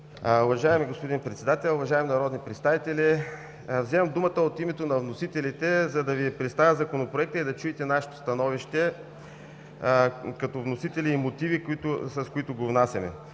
Уважаеми господин Председател, уважаеми народни представители! Вземам думата от името на вносителите, за да Ви представя Законопроекта и да чуете нашето становище като мотиви на вносителите, с които го внасяме.